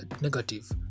negative